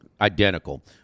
identical